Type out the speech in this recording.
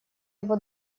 его